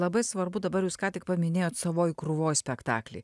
labai svarbu dabar jūs ką tik paminėjot savoj krūvoj spektaklį